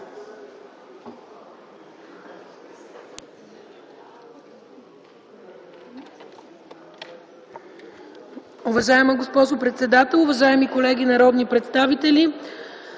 Уважаема госпожо председател, уважаеми колеги народни представители!